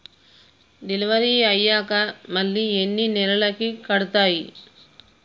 Delivery అయ్యాక మళ్ళీ ఎన్ని నెలలకి కడుతాయి?